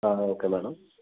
okay madam